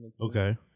Okay